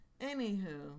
anywho